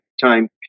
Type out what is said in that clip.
time